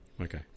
Okay